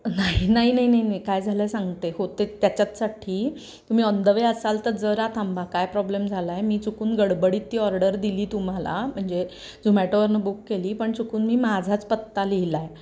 नाही नाही नाही काय झालं सांगते होते त्याच्याचसाठी तुम्ही ऑन द वे असाल तर जरा थांबा काय प्रॉब्लेम झाला आहे मी चुकून गडबडीत ती ऑर्डर दिली तुम्हाला म्हणजे झोमॅटोवरनं बुक केली पण चुकून मी माझाच पत्ता लिहिला आहे